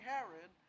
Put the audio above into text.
Herod